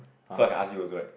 so I can ask you also right